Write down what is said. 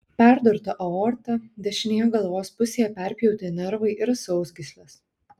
perdurta aorta dešinėje galvos pusėje perpjauti nervai ir sausgyslės